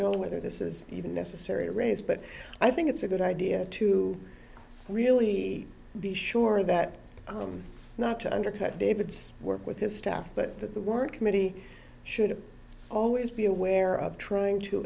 know whether this is even necessary raised but i think it's a good idea to really be sure that i'm not to undercut david's work with his staff but that the work committee should always be aware of trying to